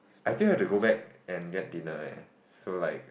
I still have to go back and get dinner leh so like